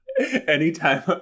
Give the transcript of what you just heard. Anytime